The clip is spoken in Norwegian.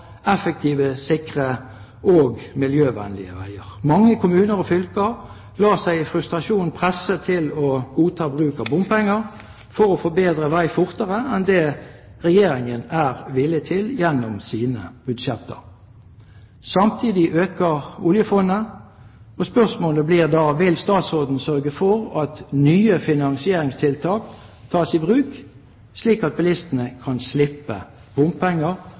effektive, sikre og miljøvennlige veier. Mange kommuner og fylker lar seg i frustrasjon presse til å godta bruk av bompenger for å få bedre vei fortere enn det Regjeringen er villig til gjennom sine budsjetter. Samtidig øker oljefondet. Spørsmålet blir da: Vil statsråden sørge for at nye finansieringstiltak tas i bruk, slik at bilistene kan slippe bompenger